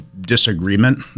disagreement